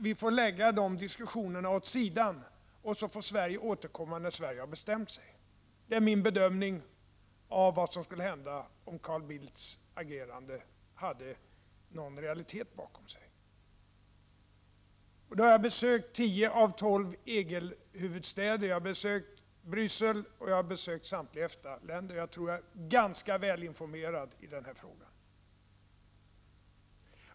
Vi får lägga diskussionerna åt sidan och så får Sverige återkomma när man har bestämt sig. Det är min bedömning av vad som skulle hända om Carl Bildts agerande hade haft någon realitet bakom sig. Jag har besökt tio av tolv huvudstäder inom EG. Jag har besökt Bryssel och samtliga EFTA-länders huvudstäder. Jag tror därför att jag är ganska väl informerad i den här frågan.